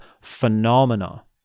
phenomena